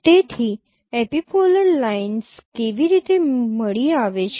તેથી epipolar lines કેવી રીતે મળી આવે છે